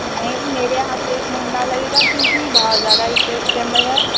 नहीं मेरे यहाँ तो एक महीना लगेगा क्योंकि बहुत ज़्यादा ही कैसटेम्बर है